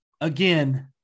again